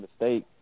mistake